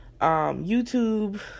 YouTube